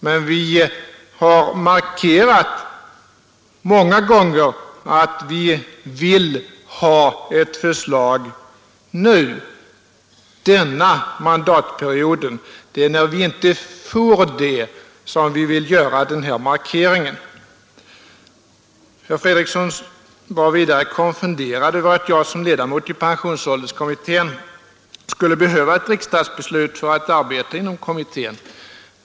Men vi har många gånger markerat att vi vill ha ett förslag denna mandatperiod. Det är när vi inte får det som vi vill göra den här markeringen. Herr Fredriksson var vidare konfunderad över att jag som ledamot av pensionsålderskommittén skulle behöva ett riksdagsbeslut för att arbeta inom kommittén.